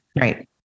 right